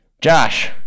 Josh